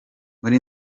muri